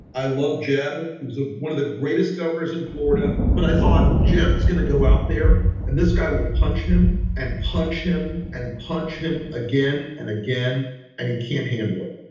i love jeb. he was ah one of the greatest as in florida, but i thought jeb is going to go out there and this guy will punch him and punch him and punch him again and again and he can't handle it.